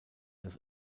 das